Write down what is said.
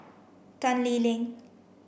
Tan Lee Leng